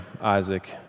Isaac